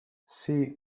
see